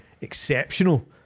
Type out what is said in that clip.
exceptional